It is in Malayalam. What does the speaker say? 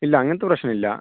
ഇല്ല അങ്ങനത്തെ പ്രശ്നം ഇല്ല